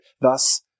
Thus